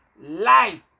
life